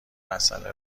مساله